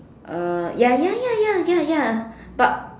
uh ya ya ya ya ya ya but